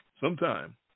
sometime